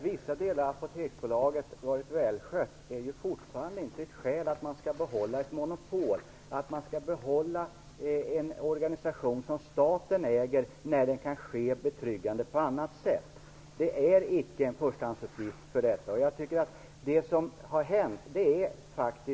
Fru talman! Att Apoteksbolaget i vissa delar varit välskött är fortfarande inte ett skäl till att behålla ett monopol, en organisation som staten äger, när det kan lösas betryggande på annat sätt. Vad som har skett här är en sammanblandning av roller.